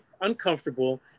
uncomfortable